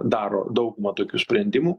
daro daugumą tokių sprendimų